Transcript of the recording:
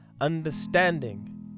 understanding